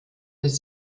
des